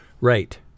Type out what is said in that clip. Right